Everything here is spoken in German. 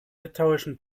litauischen